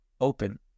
open